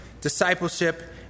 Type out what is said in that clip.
discipleship